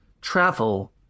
travel